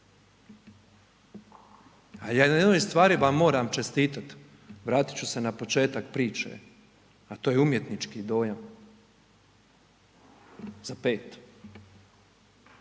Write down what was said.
na jednoj stvari vam moram čestit, vratit ću se na početak priče, a to je umjetnički dojam, za pet.